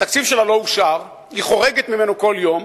התקציב שלה לא אושר, היא חורגת ממנו כל יום.